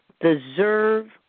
deserve